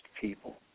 people